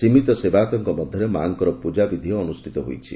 ସୀମିତ ସେବାୟତଙ୍କ ମଧ୍ଧରେ ମାଙ୍କର ପ୍ରଜାବିଧି ଅନୁଷ୍ଠିତ ହୋଇଛି